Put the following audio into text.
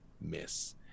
miss